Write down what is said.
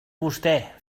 vostè